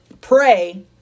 pray